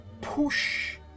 push